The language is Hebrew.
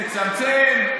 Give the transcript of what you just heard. לצמצם,